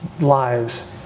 lives